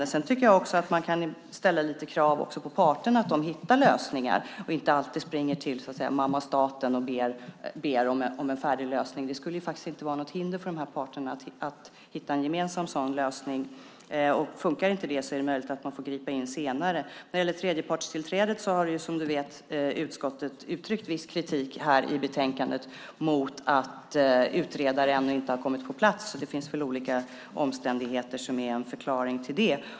Sedan tycker jag att man också kan ställa lite krav på att parterna hittar lösningar och inte alltid springer till mamma staten och ber om en färdig lösning. Det skulle inte vara något hinder för parterna att hitta en gemensam lösning. Funkar inte det är det möjligt att man får gripa in senare. När det gäller tredjepartstillträdet har utskottet, som du vet, uttryckt viss kritik i betänkandet mot att en utredare ännu inte har kommit på plats. Det finns väl olika omständigheter som är en förklaring till det.